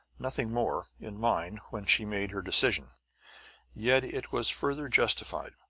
nothing more, in mind when she made her decision yet it was further justified.